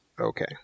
Okay